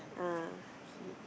ah okay